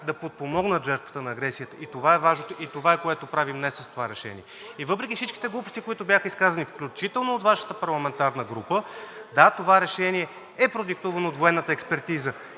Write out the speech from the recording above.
да подпомогнат жертвата на агресията и това е важното. И това е, което правим днес с това решение. Въпреки всички глупости, които бяха изказани, включително от Вашата парламентарна група – да, това решение е продиктувано от военната експертиза